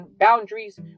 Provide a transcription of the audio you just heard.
boundaries